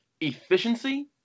efficiency